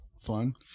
fun